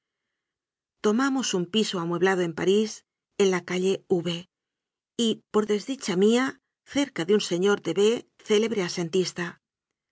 tomamos un piso amueblado en parís en la ca lle v y por desdicha mía cerca de un señor de b célebre asentista